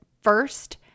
first